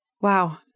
Wow